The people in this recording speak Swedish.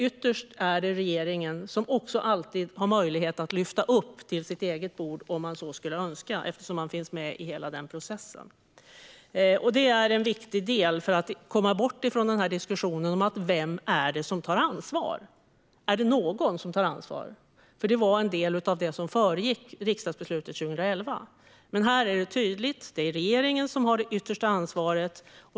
Ytterst är det alltså regeringen som alltid har möjlighet att lyfta upp detta till sitt eget bord om man så skulle önska, eftersom man finns med i hela denna process. Detta är en viktig del för att komma bort från diskussionen om vem som tar ansvar. Är det någon som tar ansvar? Detta var en del av det som föregick riksdagsbeslutet 2011. Men här är det tydligt att det är regeringen som har det yttersta ansvaret.